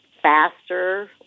faster